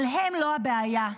אבל הן לא הבעיה.